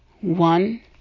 one